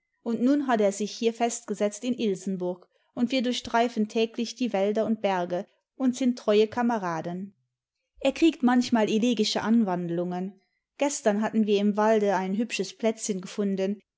und nun hat er sich hier festgesetzt in ilsenburg und wir durchstreifen täglich die wälder imd berge und sind treue kameraden er kriegt manchmal elegische anwandlungen gestern hatten wir im walde ein hübsches plätzchen gefunden